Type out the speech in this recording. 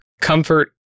comfort